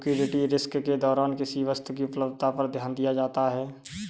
liquidity risk के दौरान किसी वस्तु की उपलब्धता पर ध्यान दिया जाता है